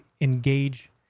engage